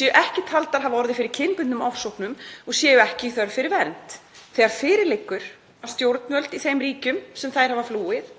séu ekki taldar hafa orðið fyrir kynbundnum ofsóknum og séu ekki í þörf fyrir vernd þegar fyrir liggur að stjórnvöld í þeim ríkjum sem þær hafa flúið